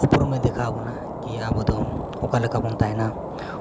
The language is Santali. ᱩᱢᱨᱩᱢᱮ ᱫᱮᱠᱷᱟᱣ ᱟᱵᱚᱱᱟ ᱠᱤ ᱟᱵᱚ ᱫᱚ ᱚᱠᱟᱞᱮᱠᱟ ᱵᱚᱱ ᱛᱟᱦᱮᱱᱟ